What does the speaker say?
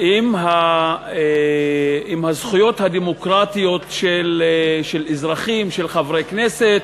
עם הזכויות הדמוקרטיות של אזרחים, של חברי כנסת.